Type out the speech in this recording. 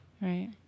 right